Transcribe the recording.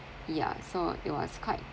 yeah so it was quite